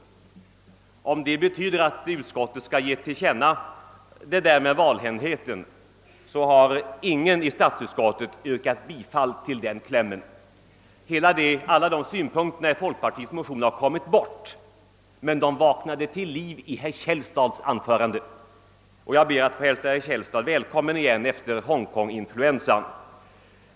Jag vet inte om det betyder att riksdagen skall ge till känna vad man säger om valhäntheten; ingen i statsutskottet har tillstyrkt det. Alla de synpunkterna i folkpartiets motion har kommit bort, men de vaknade till liv i herr Källstads anförande. Jag ber att få hälsa herr Källstad välkommen igen efter hongkonginfluensan,